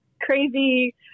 crazy